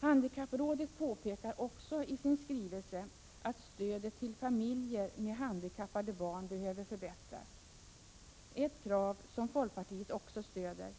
Handikapprådet påpekar också i sin skrivelse att stödet till familjer med handikappade barn behöver förbättras — ett krav som folkpartiet också stöder